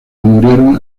murieron